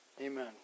amen